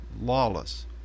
lawless